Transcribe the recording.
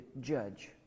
judge